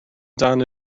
dan